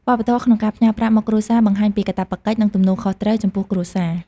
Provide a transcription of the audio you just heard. វប្បធម៌ក្នុងការផ្ញើប្រាក់មកគ្រួសារបង្ហាញពីកាតព្វកិច្ច និងទំនួលខុសត្រូវចំពោះគ្រួសារ។